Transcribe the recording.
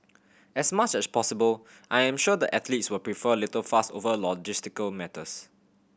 as much as possible I am sure the athletes will prefer little fuss over logistical matters